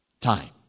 time